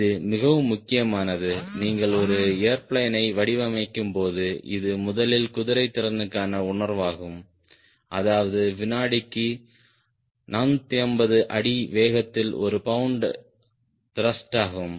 இது மிகவும் முக்கியமானது நீங்கள் ஒரு ஏர்பிளேனை வடிவமைக்கும்போது இது முதலில் குதிரைத்திறனுக்கான உணர்வாகும் அதாவது வினாடிக்கு 450 அடி வேகத்தில் ஒரு பவுண்டு த்ருஷ்டாகும்